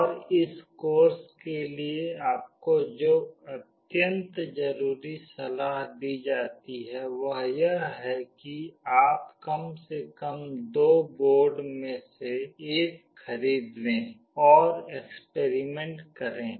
और इस कोर्स के लिए आपको जो अत्यंत जरुरी सलाह दी जाती है वह यह है कि आप कम से कम दो बोर्ड में से एक खरीद लें और एक्सपेरिमेंट करें